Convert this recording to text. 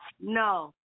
No